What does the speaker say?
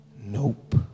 Nope